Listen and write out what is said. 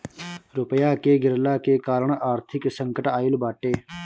रुपया के गिरला के कारण आर्थिक संकट आईल बाटे